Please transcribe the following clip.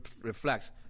reflects